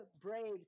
Braves